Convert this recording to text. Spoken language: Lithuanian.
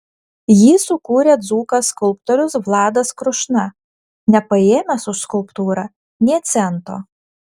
jį sukūrė dzūkas skulptorius vladas krušna nepaėmęs už skulptūrą nė cento